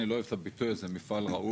אני לא אוהב את הביטוי הזה מפעל ראוי.